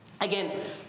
Again